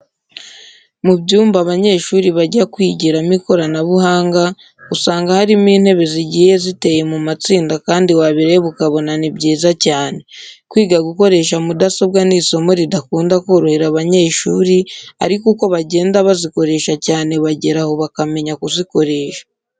Mu byumba abanyeshuri bajya kwigiramo ikoranabuhanga usanga harimo intebe zigiye ziteye mu matsinda kandi wabireba ukabona ni byiza cyane. Kwiga gukoresha mudasobwa ni isomo ridakunda korohera abanyeshuri ariko uko bagenda bazikoresha cyane bageraho bakamenya kuzikoresha.